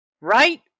right